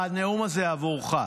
הנאום הזה עבורך.